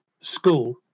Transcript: school